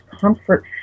comfort